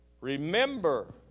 Remember